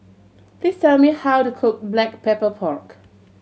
please tell me how to cook Black Pepper Pork